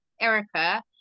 Erica